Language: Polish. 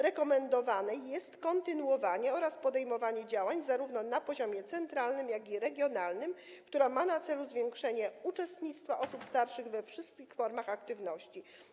Rekomendowane jest kontynuowanie oraz podejmowanie działań zarówno na poziomie centralnym, jak i regionalnym, które mają na celu zwiększenie uczestnictwa osób starszych we wszystkich formach aktywności.